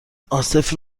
عاصف